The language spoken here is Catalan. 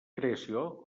creació